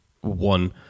one